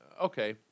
okay